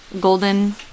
golden